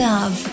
Love